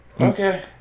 Okay